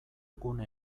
gune